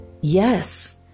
Yes